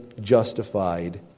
justified